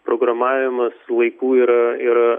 programavimas laikų yra yra